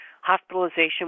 hospitalization